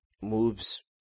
moves